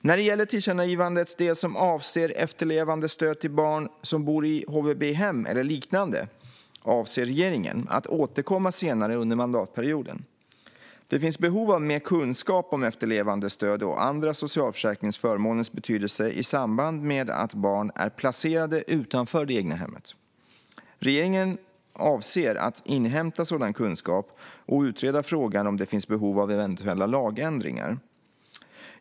När det gäller tillkännagivandets del som avser efterlevandestöd till barn som bor i HVB-hem eller liknande avser regeringen att återkomma senare under mandatperioden. Det finns behov av mer kunskap om efterlevandestöd och andra socialförsäkringsförmåners betydelse i samband med att barn är placerade utanför det egna hemmet. Regeringen avser att inhämta sådan kunskap och utreda frågan om det finns behov av eventuella lagändringar.